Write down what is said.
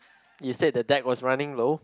you said the deck was running low